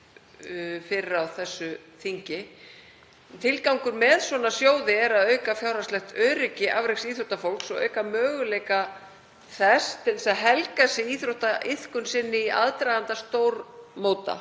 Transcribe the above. fyrr á þessu þingi. Tilgangur með svona sjóði er að auka fjárhagslegt öryggi afreksíþróttafólks og auka möguleika þess til að helga sig íþróttaiðkun sinni í aðdraganda stórmóta.